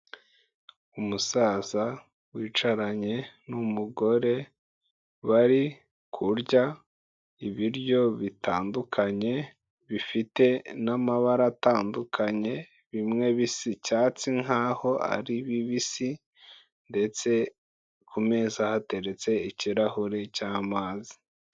Umusaza wicaranye n'umugore bari kurya ibiryo bitandukanye, bifite n'amabara atandukanye bimwe bisa icyatsi nkaho ari bibisi ndetse ku meza hateretse ikirahure cy'amazi.